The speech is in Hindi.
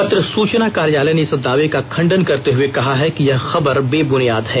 पत्र सुचना कार्यालय ने इस दावे का खंडन करते हुए कहा है कि यह खबर बेबुनियाद है